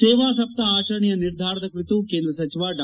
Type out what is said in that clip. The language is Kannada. ಸೇವಾಸಪ್ತಾಹ ಆಚರಣೆಯ ನಿರ್ಧಾರದ ಕುರಿತು ಕೇಂದ್ರ ಸಚಿವ ಡಾ